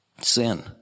sin